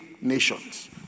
nations